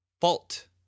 Fault